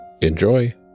Enjoy